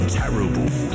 terrible